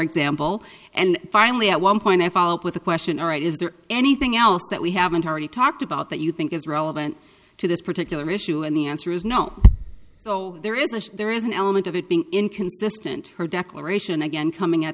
example and finally at one point i follow up with a question all right is there anything else that we haven't already talked about that you think is relevant to this particular issue and the answer is no so there is a there is an element of it being inconsistent her declaration again coming